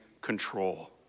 control